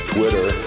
Twitter